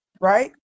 right